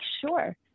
sure